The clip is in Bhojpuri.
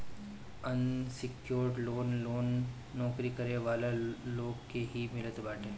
अनसिक्योर्ड लोन लोन नोकरी करे वाला लोग के ही मिलत बाटे